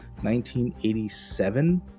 1987